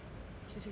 she's fifty sharp